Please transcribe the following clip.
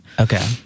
Okay